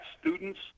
students